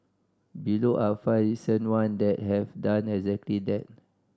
below are five recent one that have done exactly that